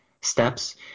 steps